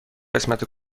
قسمت